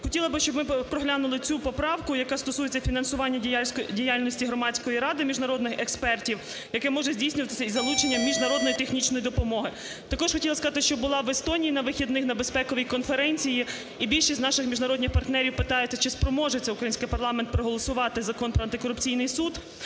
Хотіла би, щоб ми проглянули цю поправку, яка стосується фінансування діяльності Громадської ради міжнародних експертів, яке може здійснюватися і з залученням міжнародної технічної допомоги. Також хотіла сказати, що була в Естонії на вихідних на безпековій конференції, і більшість наших міжнародних партнерів питаються, чи спроможеться український парламент проголосувати Закон про антикорупційний суд.